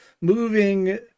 moving